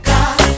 God